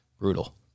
brutal